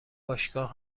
باشگاه